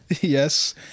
Yes